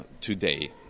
today